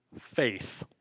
faith